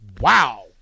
Wow